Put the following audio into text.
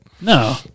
No